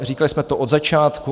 Říkali jsme to od začátku.